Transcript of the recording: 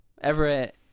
Everett